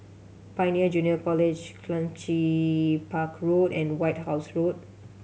Pioneer Junior College Clunchi Park Road and White House Road